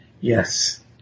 Yes